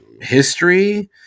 History